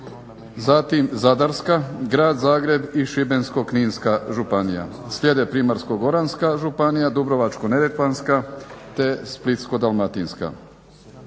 zatim Zadarska, Grad Zagreb i Šibensko-kninska županija. Slijede Primorsko-goranska županija, Dubrovačko-neretvanska te Splitsko-dalmatinska.